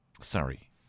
sorry